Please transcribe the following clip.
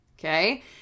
okay